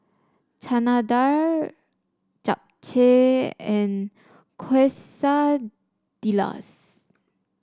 Chana Dal Japchae and Quesadillas